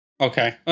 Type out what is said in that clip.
Okay